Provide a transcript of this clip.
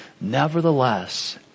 nevertheless